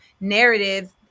narrative